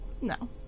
No